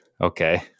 okay